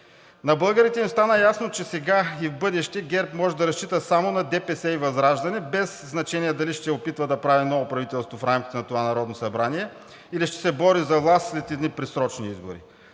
На българите им стана ясно, че сега и в бъдеще ГЕРБ може да разчита само на ДПС и ВЪЗРАЖДАНЕ, без значение дали ще опитва да прави ново правителство в това Народно събрание, или ще се бори за власт след едни предсрочни избори.